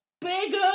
bigger